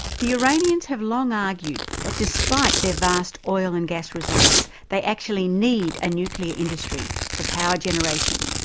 the iranians have long argued that despite their vast oil and gas reserves, they actually need a nuclear industry for power generation.